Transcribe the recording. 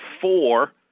four